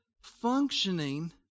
functioning